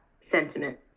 sentiment